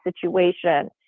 situation